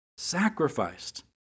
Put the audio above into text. sacrificed